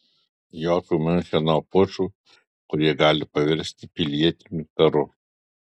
jokių miuncheno pučų kurie gali pavirsti pilietiniu karu